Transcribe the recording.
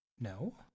No